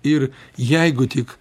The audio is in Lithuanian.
ir jeigu tik